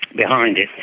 behind it.